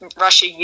Russia